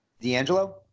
D'Angelo